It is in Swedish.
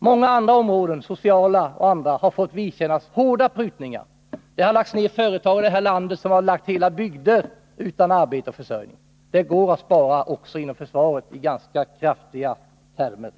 Många andra områden — det sociala området m.fl. — har fått vidkännas hårda prutningar. Det har i det här landet lagts ned företag som fått till följd att befolkningen i hela bygder ställts utan arbete och försörjning. Det går att spara ganska kraftigt också inom försvaret, Per Petersson.